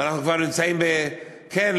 ואנחנו כבר נמצאים ב"כן,